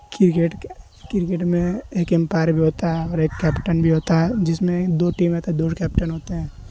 cricket cricket میں ایک umpire بھی ہوتا ہے اور ایک کیپٹن بھی ہوتا ہے جس میں دو ٹیمیں تو دو کیپٹن ہوتے ہیں